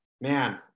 man